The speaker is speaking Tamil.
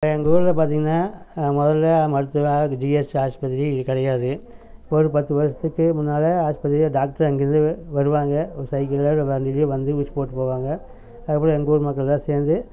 இப்போ எங்கூரில் பார்த்திங்கனா முதல்ல மருத்துவனா அது ஜிஹெச் ஹாஸ்பத்திரி இது கிடையாது ஒரு பத்து வருடத்துக்கு முன்னால் ஹாஸ்பத்தியில் டாக்டரு அங்கேருந்து வருவாங்க ஒரு சைக்கிள்லையோ இல்லை வண்டிலையோ வந்து ஊசி போட்டுட்டு போவாங்க அதுக்கப்பறம் எங்கூர் மக்கள்லாம் சேர்ந்து